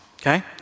okay